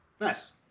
Nice